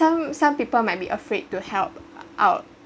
some some people might be afraid to help out